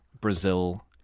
Brazil